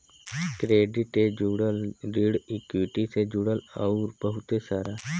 credit ए जुड़ल, ऋण इक्वीटी से जुड़ल अउर बहुते सारा